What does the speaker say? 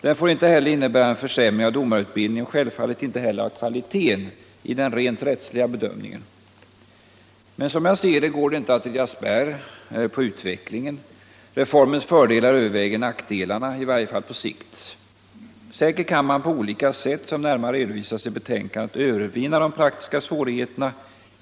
Den får inte heller innebära en försämring av domarutbildningen och självfallet inte heller av kvaliteten i den rent rättsliga bedömningen. Men som jag ser det går det inte att rida spärr mot utvecklingen. Reformens fördelar överväger nackdelarna — i varje fall på sikt. Säkert kan man på olika sätt, som närmare redovisas i betänkandet, övervinna de praktiska svårigheterna.